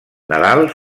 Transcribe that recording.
nadal